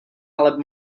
ale